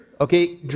okay